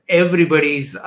everybody's